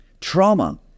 Trauma